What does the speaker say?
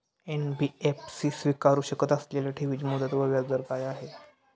NBFC स्वीकारु शकत असलेल्या ठेवीची मुदत व व्याजदर काय आहे?